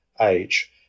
age